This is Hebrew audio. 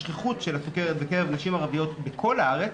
שכיחות הסכרת בקרב נשים ערביות בכל הארץ,